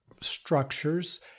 structures